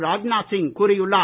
ராஜ்நாத் சிங் கூறியுள்ளார்